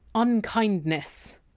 unkindness.